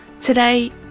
Today